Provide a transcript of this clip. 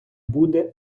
буде